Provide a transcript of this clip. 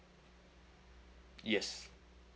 yes